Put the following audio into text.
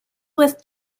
with